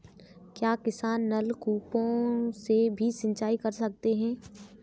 क्या किसान नल कूपों से भी सिंचाई कर सकते हैं?